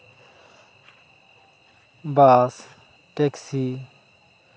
bus taxi